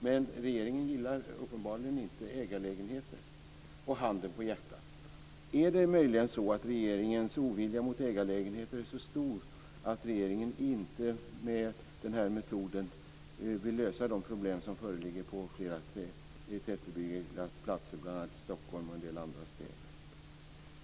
Men regeringen gillar uppenbarligen inte ägarlägenheter. Och handen på hjärtat: Är det möjligen så att regeringens ovilja mot ägarlägenheter är så stor att regeringen inte med den här metoden vill lösa de problem som föreligger på flera tätbebyggda platser, bl.a. i Stockholm och en del andra städer?